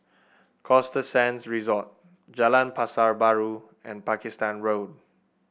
Costa Sands Resort Jalan Pasar Baru and Pakistan Road